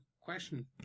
question